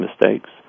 mistakes